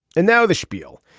and now the spiel.